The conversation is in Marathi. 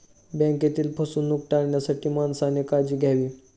बँकेतील फसवणूक टाळण्यासाठी माणसाने काळजी घ्यावी